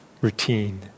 routine